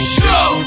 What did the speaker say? show